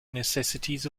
necessities